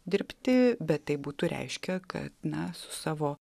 dirbti bet tai būtų reiškę kad na su savo